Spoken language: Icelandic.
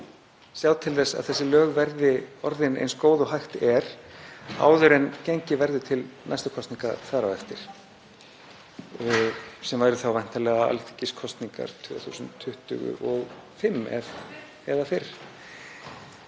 sjá til þess að þessi lög verði orðin eins góð og hægt er áður en gengið verður til næstu kosninga þar á eftir, sem væru þá væntanlega alþingiskosningar 2025 eða fyrr.